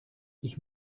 ich